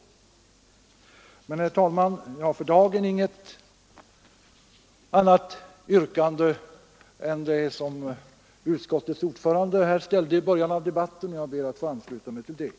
Herr talman! Jag har för dagen inget annat yrkande än det som utskottets ordförande har framställt i början av debatten, och jag ber att få ansluta mig till detta.